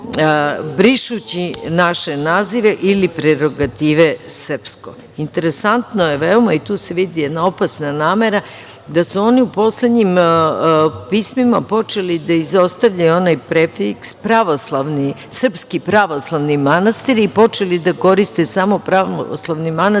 brišući naše naziva ili prerogative srpsko. Interesantno je veoma i tu se vidi jedna opasna namera da su oni u poslednjim pismima počeli da izostavljaju onaj prefiks srpski pravoslavni manastiri i počeli da koriste samo pravoslavni manastiri,